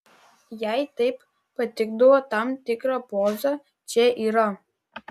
jai taip patikdavo tam tikra poza čia yra